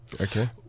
Okay